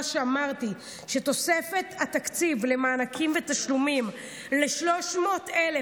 מה שאמרתי הוא שתוספת התקציב למענקים ותשלומים ל-300,000